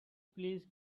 please